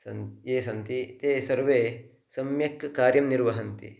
सन् ये सन्ति ते सर्वे सम्यक् कार्यं निर्वहन्ति